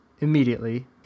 immediately